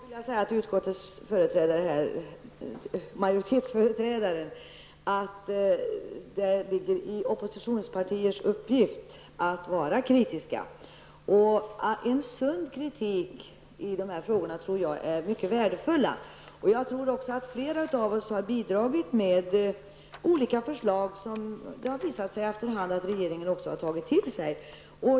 Herr talman! Jag vill till utskottsmajoritetens företrädare säga att det ligger i oppositionspartiers uppgifter att vara kritiska. Och en sund kritik i dessa frågor tror jag är mycket värdefull. Jag tror också att flera av oss har bidragit med olika förslag som det efter hand har visat sig att regeringen har tagit till sig.